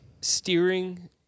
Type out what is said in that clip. steering